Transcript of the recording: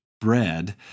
bread